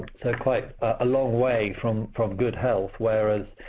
so quite a long way from from good health, whereas,